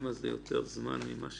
כמה זה יותר זמן ממה שציפינו?